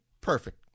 perfect